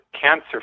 cancer